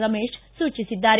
ರಮೇಶ್ ಸೂಚಿಸಿದ್ದಾರೆ